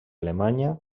alemanya